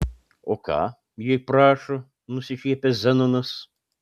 o ką jei prašo nusišiepia zenonas